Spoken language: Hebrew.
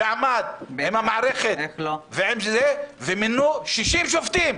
שעמד עם המערכת ומינו 60 שופטים.